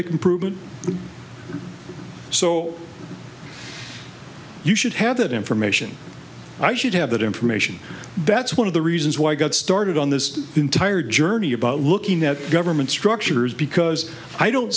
make improvement so you should have that information i should have that information that's one of the reasons why i got started on this entire journey about looking at government structures because i don't